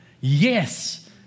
Yes